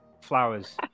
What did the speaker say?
flowers